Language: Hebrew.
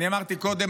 אמרתי קודם,